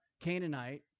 Canaanite